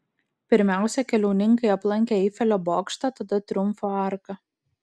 pirmiausia keliauninkai aplankė eifelio bokštą tada triumfo arką